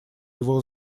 его